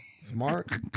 smart